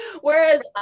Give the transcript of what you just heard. whereas